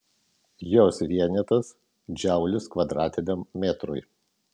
jos vienetas džaulis kvadratiniam metrui